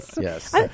Yes